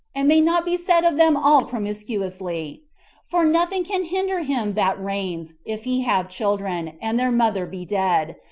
and may not be said of them all promiscuously for nothing can hinder him that reigns, if he have children, and their mother be dead,